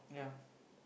yeah